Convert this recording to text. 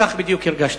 כך בדיוק הרגשתי.